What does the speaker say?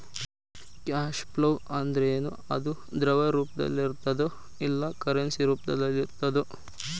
Cash flow ಅಂದ್ರೇನು? ಅದು ದ್ರವ ರೂಪ್ದಾಗಿರ್ತದೊ ಇಲ್ಲಾ ಕರೆನ್ಸಿ ರೂಪ್ದಾಗಿರ್ತದೊ?